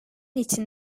için